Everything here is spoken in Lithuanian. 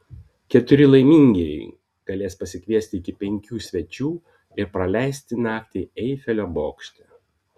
keturi laimingieji galės pasikviesti iki penkių svečių ir praleisti naktį eifelio bokšte